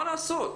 מה לעשות,